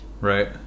right